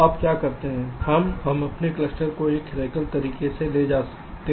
तो आप क्या करते हैं हम अपने क्लस्टर को एक हेरीकल तरीके से ले जाते हैं